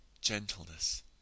gentleness